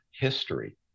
history